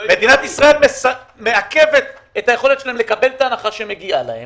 מדינת ישראל מעכבת את היכולת שלהם לקבל את ההנחה שמגיעה להם.